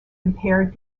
impaired